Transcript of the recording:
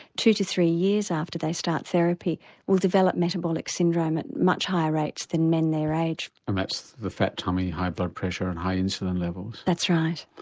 two to three years after they start therapy will develop metabolic syndrome at much higher rates than men their age. and that's the fat tummy, high blood pressure and high insulin levels? that's right.